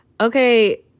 Okay